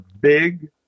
big